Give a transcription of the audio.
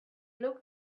looked